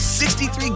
63